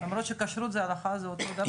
למרות שכשרות זה הלכה וזה אותו דבר.